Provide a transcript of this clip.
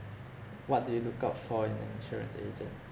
what do you look out for in an insurance agent